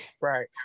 right